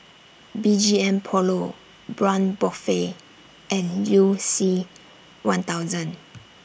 B G M Polo Braun Buffel and YOU C one thousand